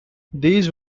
these